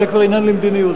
זה כבר עניין למדיניות,